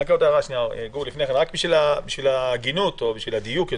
עוד הערה, רק בשביל ההגינות או בשביל הדיוק.